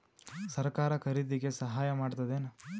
ಸರಕಾರ ಖರೀದಿಗೆ ಸಹಾಯ ಮಾಡ್ತದೇನು?